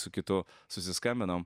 su kitu susiskambinom